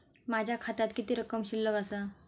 माझ्या खात्यात किती रक्कम शिल्लक आसा?